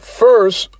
first